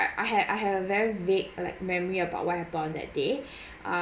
I had I have a very vague like memory about what happened on that day um